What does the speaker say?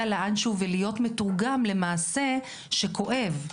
לאן שהוא ולהיות מתורגם למעשה שכואב.